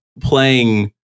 playing